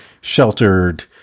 sheltered